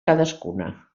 cadascuna